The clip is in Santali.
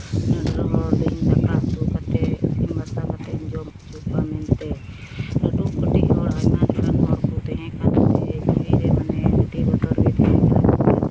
ᱫᱟᱠᱟ ᱩᱛᱩ ᱠᱟᱛᱮᱫ ᱤᱥᱤᱱ ᱵᱟᱥᱟᱝ ᱠᱟᱛᱮᱫ ᱡᱚᱢ ᱦᱚᱪᱚ ᱠᱚᱣᱟ ᱢᱮᱱᱛᱮ ᱞᱟᱹᱴᱩ ᱠᱟᱹᱴᱤᱡ ᱦᱚᱲ ᱟᱭᱢᱟ ᱞᱮᱠᱟᱱ ᱦᱚᱲ ᱠᱚ ᱛᱟᱦᱮᱸ ᱠᱟᱱᱛᱮ